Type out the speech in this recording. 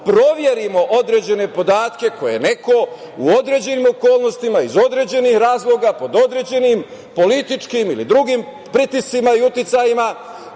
proverimo određene podatke koje je neko u određenim okolnostima, iz određenih razloga, pod određenim političkim ili drugim pritiscima i uticajima